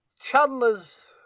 Chandler's